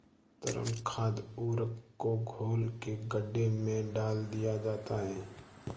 तरल खाद उर्वरक को घोल के गड्ढे में डाल दिया जाता है